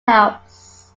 house